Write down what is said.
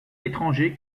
étranger